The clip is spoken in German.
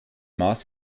maß